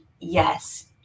yes